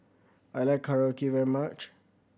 I like Korokke very much